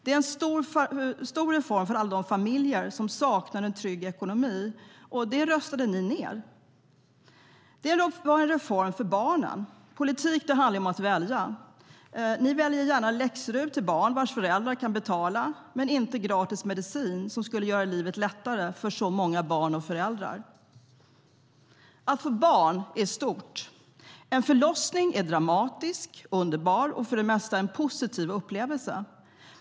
Det är en stor reform för alla de familjer som saknar en trygg ekonomi, men den röstade ni ned. Det var en reform för barnen. Politik handlar om att välja.